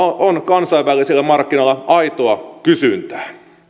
on kansainvälisillä markkinoilla aitoa kysyntää